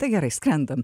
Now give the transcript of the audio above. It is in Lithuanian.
tai gerai skrendam